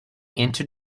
into